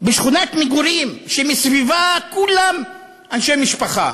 זה בשכונת מגורים שמסביבה כולם אנשי משפחה.